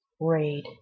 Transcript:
raid